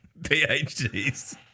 PhDs